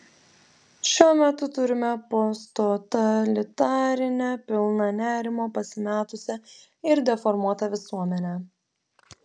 šiuo metu turime posttotalitarinę pilną nerimo pasimetusią ir deformuotą visuomenę